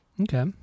Okay